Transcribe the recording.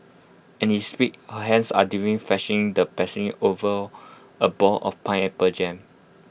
and he speaks her hands are deftly the pastry over A ball of pineapple jam